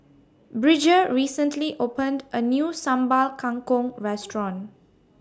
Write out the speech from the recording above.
Bridger recently opened A New Sambal Kangkong Restaurant